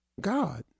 God